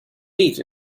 meet